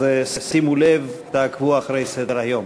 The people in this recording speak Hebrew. אז שימו לב, תעקבו אחרי סדר-היום.